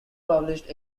published